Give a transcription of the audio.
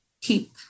keep